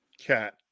cat